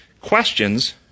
questions